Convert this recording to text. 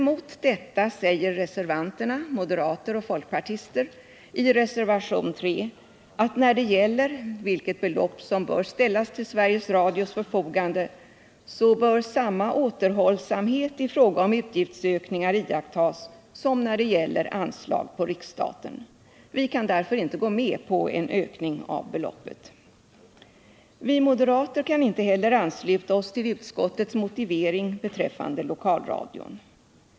Mot detta säger reservanterna, moderater och folkpartister, i reservation 3 att när det gäller vilket belopp som bör ställas till Sveriges Radios förfogande så bör samma återhållsamhet i fråga om utgiftsökningar iakttas som när det gäller anslag på riksstaten. Vi kan därför inte gå med på en ökning av beloppet. Vi moderater kan inte heller ansluta oss till utskottets motivering beträffande lokalradion.